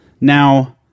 now